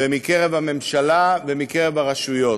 מקרב הממשלה ומקרב הרשויות.